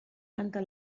canta